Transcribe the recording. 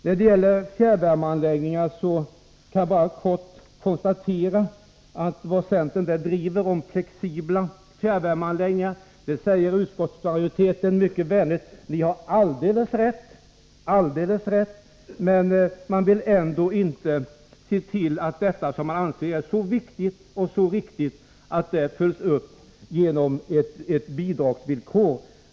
När det gäller fjärrvärmeanläggningar kan jag bara konstatera följande. Om den ståndpunkt som centern driver beträffande flexibla fjärrvärmeanläggningar, säger utskottet mycket vänligt att vi har alldeles rätt, men den vill ändå inte se till att detta, som man anser är så viktigt och så riktigt, följs upp genom ett bidragsvillkor.